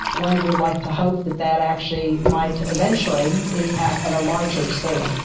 one would like to hope that that actually might eventually impact at a larger scale.